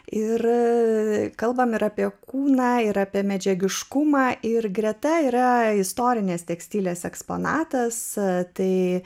ir kalbame ir apie kūną ir apie medžiagiškumą ir greta yra istorinės tekstilės eksponatas tai